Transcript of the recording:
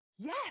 Yes